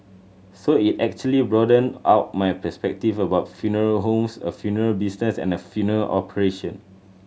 so it actually broadened out my perspective about funeral homes a funeral business a funeral operation